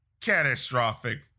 catastrophic